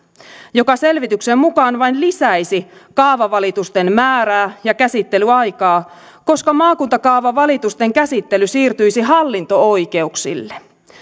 joka selvityksen mukaan vain lisäisi kaavavalitusten määrää ja käsittelyaikaa koska maakuntakaavavalitusten käsittely siirtyisi hallinto oikeuksille